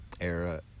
era